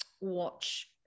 watch